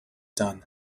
done